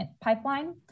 pipeline